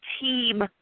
team